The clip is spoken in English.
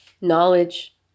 knowledge